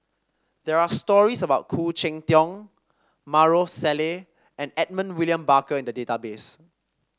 there are stories about Khoo Cheng Tiong Maarof Salleh and Edmund William Barker in the database